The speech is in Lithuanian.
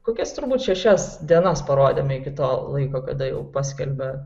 kokias turbūt šešias dienas parodėme iki to laiko kada jau paskelbė